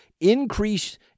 increase